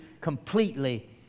completely